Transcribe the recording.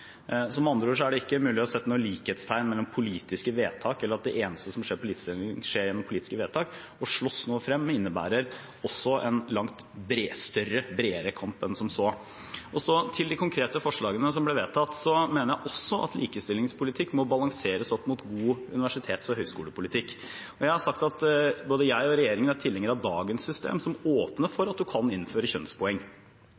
andre ord er det ikke mulig å sette noe likhetstegn mellom politiske vedtak, eller at det eneste som skjer innen likestilling, skjer gjennom politiske vedtak. Å slåss noe frem innebærer en langt større og bredere kamp enn som så. Så til de konkrete forslagene som ble vedtatt: Jeg mener også at likestillingspolitikk må balanseres opp mot god universitets- og høyskolepolitikk. Og jeg har sagt at både jeg og regjeringen er tilhengere av dagens system, som åpner